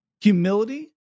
Humility